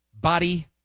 body